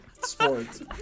sports